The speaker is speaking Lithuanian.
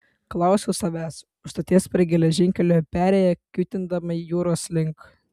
klausiau savęs už stoties per geležinkelio perėją kiūtindama jūros link